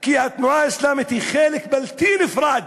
כי התנועה האסלאמית היא חלק בלתי-נפרד